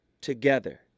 together